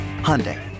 Hyundai